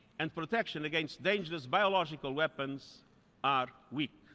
and protections against dangerous biological weapons are weak.